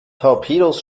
torpedos